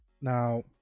now